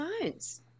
phones